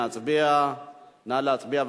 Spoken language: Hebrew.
נא להצביע.